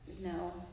no